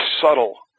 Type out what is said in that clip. subtle